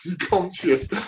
unconscious